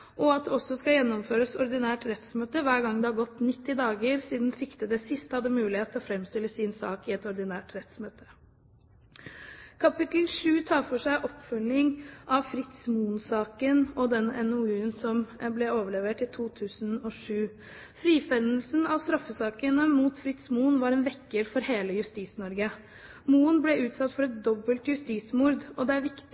hver gang det har gått 90 dager siden siktede sist hadde mulighet til å framstille sin sak i et ordinært rettsmøte. Kapittel 7 tar for seg oppfølging av Fritz Moen-saken og den NOU-en som ble overlevert i 2007. Frifinnelsen og straffesakene mot Fritz Moen var en vekker for hele Justis-Norge. Moen ble utsatt for et dobbelt justismord, og det er viktig